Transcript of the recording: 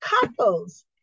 Couples